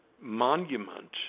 monument